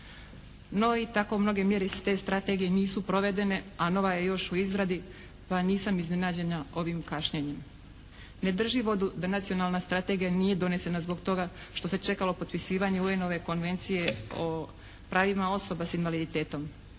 No i tako mnoge mjere iz te strategije nisu provedene, a nova je još u izradi pa nisam iznenađena ovim kašnjenjem. Ne drži vodu da nacionalna strategija nije donesena zbog toga što se čekalo potpisivanje UN-ove konvencije o pravima osoba s invaliditetom.